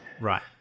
Right